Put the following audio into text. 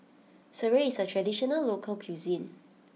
Sireh is a traditional local cuisine